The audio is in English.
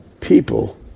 people